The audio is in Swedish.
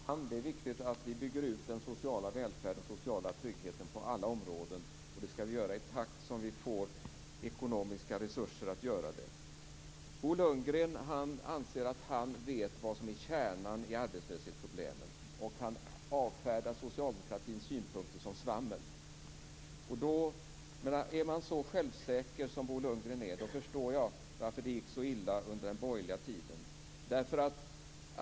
Fru talman! Det är viktigt att vi bygger ut den sociala välfärden och den sociala tryggheten på alla områden. Det skall vi göra i takt med att vi får ekonomiska resurser att göra det. Bo Lundgren anser att han vet vad som är kärnan i arbetslöshetsproblemet, och han avfärdar socialdemokratins synpunkter som svammel. Är man så självsäker som Bo Lundgren så förstår jag varför det gick så illa under den borgerliga tiden.